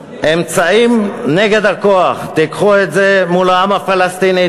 "אמצעים נגד הכוח" תיקחו את זה מול העם הפלסטיני.